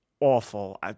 awful